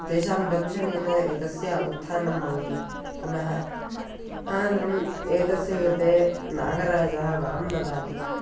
तेषां दंशनेन एतस्य उत्थानं भवति पुनः आनन्तरम् एतस्य कृते नागराजः वरं ददाति